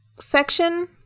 section